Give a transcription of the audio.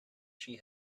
she